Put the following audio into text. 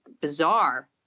bizarre